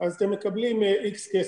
אז אתם מקבלים X כסף.